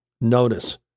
Notice